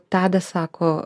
tadas sako